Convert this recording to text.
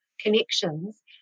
connections